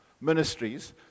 ministries